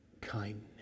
kindness